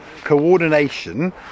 coordination